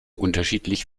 unterschiedlich